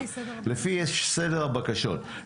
לפי סדר הבקשות,